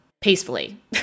peacefully